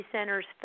centers